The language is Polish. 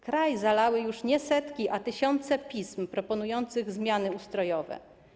Kraj zalały już nie setki, a tysiące pism proponujących zmiany ustrojowe.